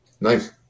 Nice